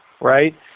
right